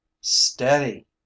Steady